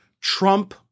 Trump